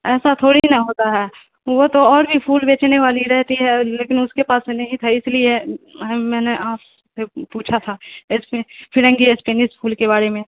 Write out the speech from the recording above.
ایسا تھوڑی نا ہوتا ہے وہ تو اور بھی پھول بیچنے والی رہتی ہے لیکن اس کے پاس میں نہیں تھا اس لیے میں نے آپ سے پوچھا تھا اس فرنگی اسپینس پھول کے بارے میں